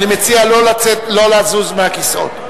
אני מציע לא לזוז מהכיסאות.